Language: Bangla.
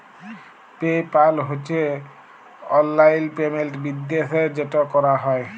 পে পাল হছে অললাইল পেমেল্ট বিদ্যাশে যেট ক্যরা হ্যয়